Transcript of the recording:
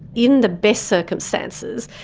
in the best circumstances,